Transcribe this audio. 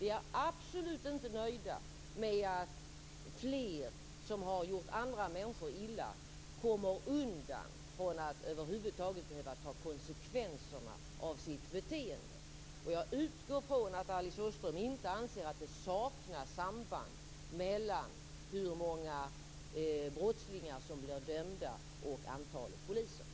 Vi är absolut inte nöjda med att fler som har gjort andra människor illa kommer undan från att över huvud taget behöva ta konsekvenserna av sitt beteende. Jag utgår från att Alice Åström inte anser att det saknas samband mellan hur många brottslingar som blir dömda och antalet poliser.